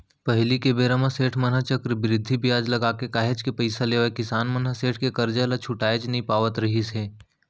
पहिली बेरा म सेठ मन ह चक्रबृद्धि बियाज लगाके काहेच के पइसा लेवय किसान मन ह सेठ के करजा ल छुटाएच नइ पावत रिहिस हे